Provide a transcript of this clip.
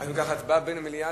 אם כך, ההצבעה בין המליאה